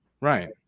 right